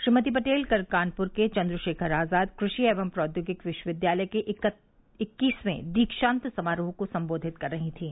श्रीमती पटेल कल कानपुर के चन्द्रशेखर आज़ाद कृषि एवं प्रौद्योगिकी विश्वविद्यालय के इक्कीसवें दीक्षान्त समारोह को संबोधित कर रही थीं